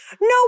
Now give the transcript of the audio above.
No